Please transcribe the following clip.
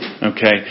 Okay